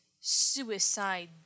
Suicide